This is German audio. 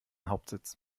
hauptsitz